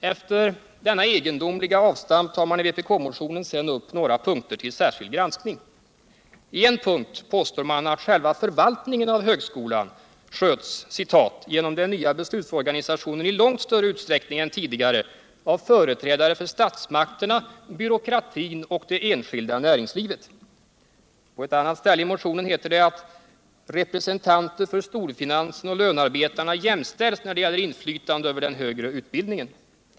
Efter denna egendomliga avstamp tar man i vpk-motionen upp några punkter till särskild granskning. I en punkt påstår man att själva förvaltningen av högskolan sköts ”genom den nya beslutsorganisationen i långt större utsträckning än tidigare av företrädare för statsmakterna, byråkratin och det enskilda näringslivet”. På ett annat ställe i motionen heter det att ”representanter för storfinansen och lönarbetarna jämställs när det gäller inflytande över den högre utbildningen”.